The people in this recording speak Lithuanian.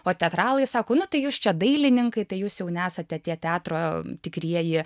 o teatralai sako nu tai jūs čia dailininkai tai jūs jau nesate tie teatro tikrieji